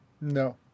No